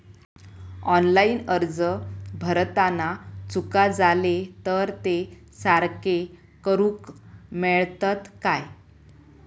Online अर्ज भरताना चुका जाले तर ते सारके करुक मेळतत काय?